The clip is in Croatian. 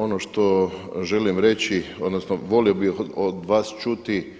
Ono što želim reći odnosno volio bih od vas čuti,